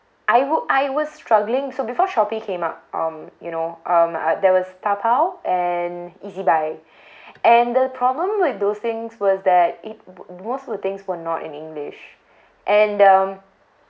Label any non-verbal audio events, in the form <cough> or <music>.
I would I was struggling so before shopee came up um you know um uh there was taobao and E_Z buy <breath> and the problem with those things was that it m~ most of the things were not in english and um